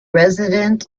resident